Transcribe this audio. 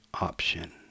option